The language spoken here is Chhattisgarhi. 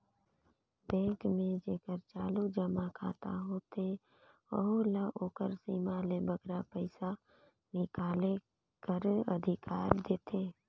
बेंक में जेकर चालू जमा खाता होथे ओहू ल ओकर सीमा ले बगरा पइसा हिंकाले कर अधिकार देथे